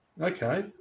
Okay